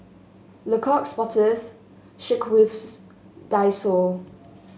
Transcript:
Le Coq Sportif Schweppes Daiso